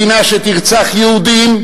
מדינה שתרצח יהודים,